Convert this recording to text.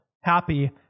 happy